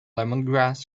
lemongrass